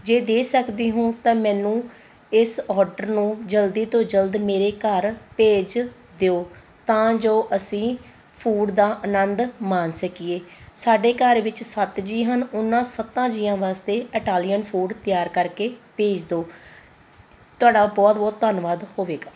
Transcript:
ਜੇ ਦੇ ਸਕਦੇ ਹੋ ਤਾਂ ਮੈਨੂੰ ਇਸ ਔਡਰ ਨੂੰ ਜਲਦੀ ਤੋਂ ਜਲਦ ਮੇਰੇ ਘਰ ਭੇਜ ਦਿਓ ਤਾਂ ਜੋ ਅਸੀਂ ਫੂਡ ਦਾ ਆਨੰਦ ਮਾਣ ਸਕੀਏ ਸਾਡੇ ਘਰ ਵਿੱਚ ਸੱਤ ਜੀਅ ਹਨ ਉਹਨਾਂ ਸੱਤਾਂ ਜੀਆਂ ਵਾਸਤੇ ਇਟਾਲੀਅਨ ਫੂਡ ਤਿਆਰ ਕਰਕੇ ਭੇਜ ਦਿਓ ਤੁਹਾਡਾ ਬਹੁਤ ਬਹੁਤ ਧੰਨਵਾਦ ਹੋਵੇਗਾ